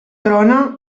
trona